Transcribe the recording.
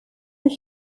ich